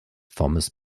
thomas